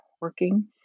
working